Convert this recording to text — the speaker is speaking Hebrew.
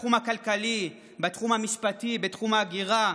בתחום הכלכלי, בתחום המשפטי, בתחום ההגירה,